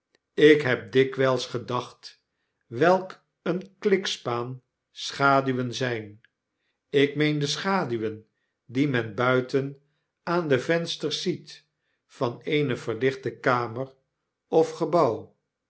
ik heb dikwijls gedacht welk een klikspaan schaduwen zyn ik meen de schaduwen die men buiten aan de vensters ziet van eene verlichte kamer of gebouw